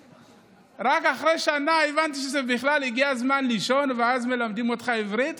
שהיא צורך כל כך אקוטי עבור האזור